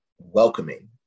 welcoming